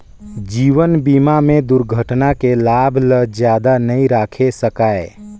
जीवन बीमा में दुरघटना के लाभ ल जादा नई राखे सकाये